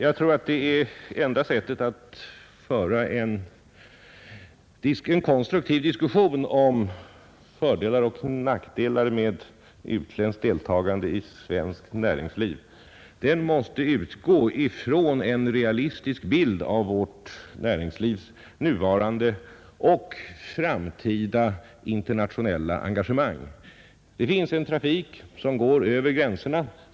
Herr talman! En konstruktiv diskussion om fördelar och nackdelar med utländskt deltagande i svenskt näringsliv måste utgå från en realistisk bild av vårt näringslivs nuvarande och framtida internationella engagemang. Det går en trafik över gränserna.